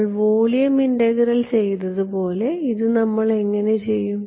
നമ്മൾ volume integral ചെയ്തത് പോലെ ഇത് നമ്മൾ എങ്ങനെ ചെയ്യും